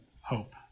hope